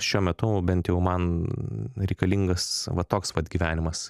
šiuo metu bent jau man reikalingas toks vat gyvenimas